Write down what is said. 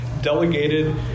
delegated